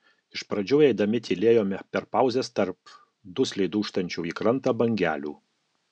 iš pradžių eidami tylėjome per pauzes tarp dusliai dūžtančių į krantą bangelių